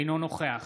אינו נוכח